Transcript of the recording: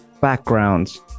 backgrounds